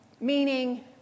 Meaning